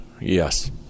yes